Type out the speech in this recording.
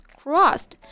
crossed 。